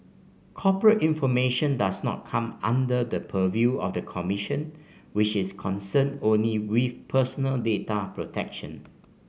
corporate information does not come under the purview of the commission which is concerned only with personal data protection